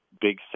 big